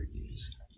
reviews